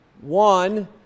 one